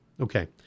Okay